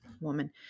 woman